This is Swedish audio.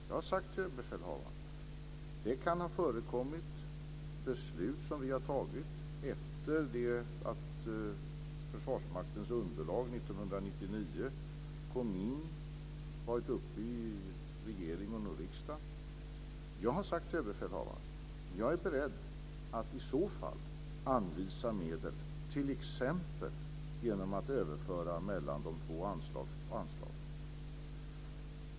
Jag har sagt till överbefälhavaren att det kan ha tagits beslut av oss efter det att Försvarsmaktens underlag 1999 varit uppe i regeringen och riksdagen och att jag är beredd att i så fall anvisa medel t.ex. genom att överföra mellan de två anslagen.